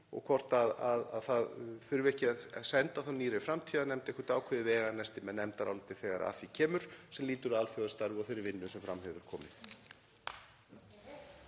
og hvort það þurfi þá ekki að senda nýrri framtíðarnefnd eitthvert ákveðið veganesti með nefndaráliti þegar að því kemur, sem lýtur að alþjóðastarfi og þeirri vinnu sem fram hefur komið.